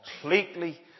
completely